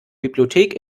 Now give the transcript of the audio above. bibliothek